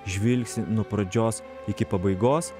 žvilgsnį nuo pradžios iki pabaigos